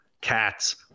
cats